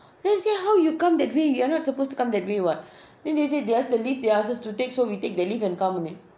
then I say how you come that way you're not supposed to come that way what then they say that was the lift they ask us to take so we take that lift and come